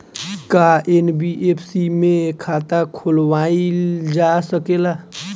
का एन.बी.एफ.सी में खाता खोलवाईल जा सकेला?